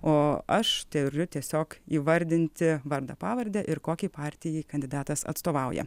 o aš turiu tiesiog įvardinti vardą pavardę ir kokiai partijai kandidatas atstovauja